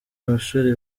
abasore